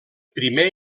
primer